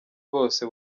bose